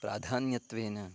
प्राधान्यत्वेन